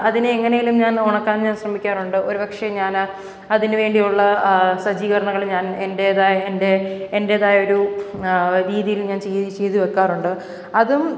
അതിനെ എങ്ങനേലും ഞാൻ ഉണക്കാൻ ഞാൻ ശ്രമിക്കാറുണ്ട് ഒരു പക്ഷേ ഞാനാ അതിന് വേണ്ടി ഉള്ള സജ്ജീകരണങ്ങൾ ഞാൻ എൻറ്റേതായ എൻ്റെ എൻറ്റേതായൊരു രീതിയിൽ ഞാൻ ചെയ്ത് ചെയ്തു വെക്കാറുണ്ട് അതും